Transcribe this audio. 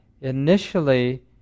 initially